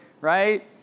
right